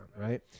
right